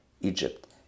Egypt